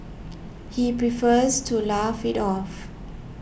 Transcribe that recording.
he prefers to laugh it off